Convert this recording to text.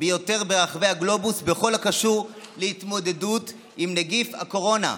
ביותר ברחבי הגלובוס בכל הקשור להתמודדות עם נגיף הקורונה.